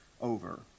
over